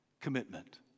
commitment